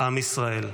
עם ישראל.